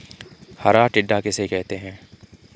हरा टिड्डा किसे कहते हैं?